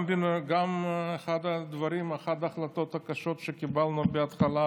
גם אחת ההחלטות הקשות שקיבלנו בהתחלה,